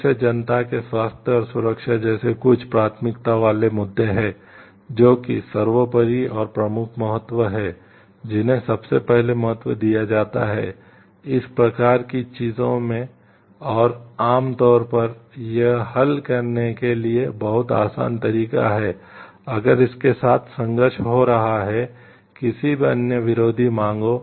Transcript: फिर से जनता के स्वास्थ्य और सुरक्षा जैसे कुछ प्राथमिकता वाले मुद्दे हैं जो कि सर्वोपरि और प्रमुख महत्व है जिन्हें सबसे पहले महत्व दिया जाता है इस प्रकार की चीजों में और आम तौर पर यह हल करने के लिए बहुत आसान तरीका है अगर इसके साथ संघर्ष हो रहा है किसी भी अन्य विरोधी मांगों